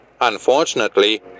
Unfortunately